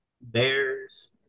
Bears